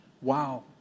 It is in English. Wow